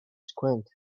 squint